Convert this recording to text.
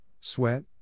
sweat